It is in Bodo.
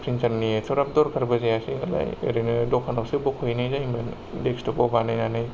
प्रिन्टारनि एथ'ग्रापबो दरकारबो जायासै नालाय ओरैनो दकानावसो बख'हैनाय जायोमोन देक्सटपाव बानायनानै